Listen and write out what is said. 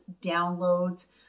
downloads